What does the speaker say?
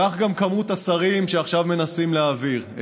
כך גם כמות השרים שעכשיו מנסים להעביר.